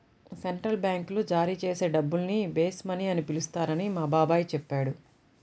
central బ్యాంకులు జారీ చేసే డబ్బుల్ని బేస్ మనీ అని పిలుస్తారని మా బాబాయి చెప్పాడు